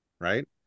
right